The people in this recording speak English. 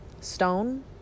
stone